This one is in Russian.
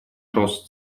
рост